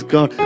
God